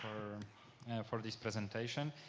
for the presentation.